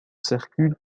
circulent